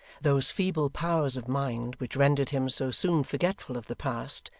those feeble powers of mind which rendered him so soon forgetful of the past,